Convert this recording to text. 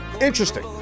Interesting